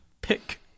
pick